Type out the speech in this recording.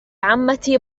عمتي